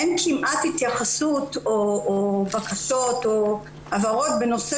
אין כמעט התייחסות או בקשות או הבהרות בנושא